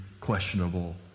questionable